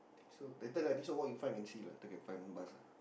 so later lah I think so walk in front can see lah take and find one bus lah